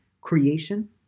creation